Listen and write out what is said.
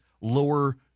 lower